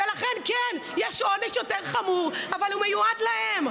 ולכן, כן, יש עונש יותר חמור, אבל הוא מיועד להם.